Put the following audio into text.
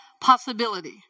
possibility